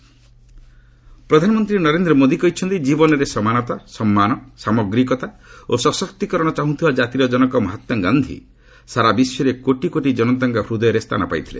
PM ଆର୍ଟିକ୍ଲ୍ ପ୍ରଧାନମନ୍ତ୍ରୀ ନରେନ୍ଦ୍ର ମୋଦି କହିଛନ୍ତି ଜୀବନରେ ସମାନତା ସମ୍ମାନ ସାମଗ୍ରିକତା ଓ ସଶକ୍ତିକରଣ ଚାହୁଁଥିବା କାତିର ଜନକ ମହାତ୍ମାଗାନ୍ଧି ସାରା ବିଶ୍ୱରେ କୋଟି କୋଟି ଜନତାଙ୍କ ହୃଦୟରେ ସ୍ଥାନ ପାଇଥିଲେ